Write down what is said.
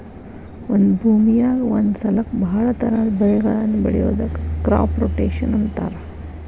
ಒಂದ ಭೂಮಿಯಾಗ ಒಂದ ಸಲಕ್ಕ ಬಹಳ ತರಹದ ಬೆಳಿಗಳನ್ನ ಬೆಳಿಯೋದಕ್ಕ ಕ್ರಾಪ್ ರೊಟೇಷನ್ ಅಂತಾರ